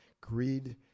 greed